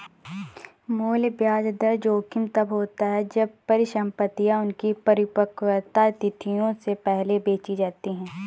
मूल्य ब्याज दर जोखिम तब होता है जब परिसंपतियाँ उनकी परिपक्वता तिथियों से पहले बेची जाती है